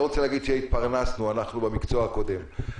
רוצה להגיד שהתפרנסנו במקצוע הקודם.